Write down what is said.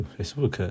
Facebook